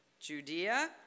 Judea